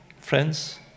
friends